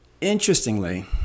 Interestingly